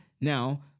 now